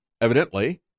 evidently